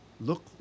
look